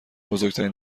بزرگترین